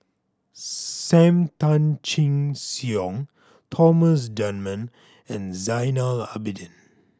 Sam Tan Chin Siong Thomas Dunman and Zainal Abidin